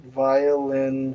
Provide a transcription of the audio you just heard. violin